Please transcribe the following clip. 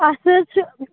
اَسہِ حظ چھِ